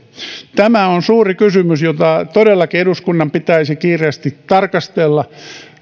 tämä on suuri kysymys jota todellakin eduskunnan pitäisi kiireesti tarkastella